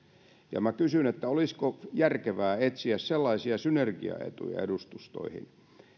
olisiko järkevää etsiä synergiaetuja edustustoihin